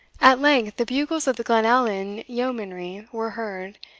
at length the bugles of the glenallan yeomanry were heard,